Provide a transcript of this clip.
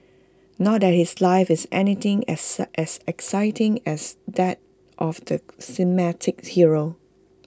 not that his life is anything as exciting as that of the cinematic hero